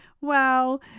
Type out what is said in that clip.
Wow